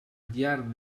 llarg